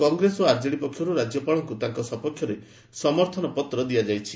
କଂଗ୍ରେସ ଓ ଆର୍ଜେଡି ପକ୍ଷରୁ ରାଜ୍ୟପାଳଙ୍କୁ ତାଙ୍କ ସପକ୍ଷରେ ସମର୍ଥନପତ୍ର ଦିଆଯାଇଛି